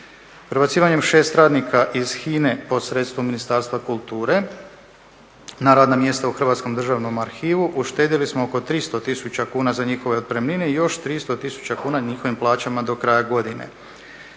Prebacivanjem 6 radnika iz HINA-e pod sredstvom Ministarstva kulture na radna mjesta u Hrvatskom državnom arhivu uštedjeli smo oko 300 tisuća kuna za njihove otpremnine i još 300 tisuća kuna na njihovim plaćama do kraja godine.